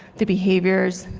their behaviors,